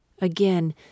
Again